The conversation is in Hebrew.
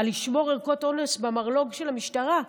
על לשמור ערכות אונס במרלוג של המשטרה.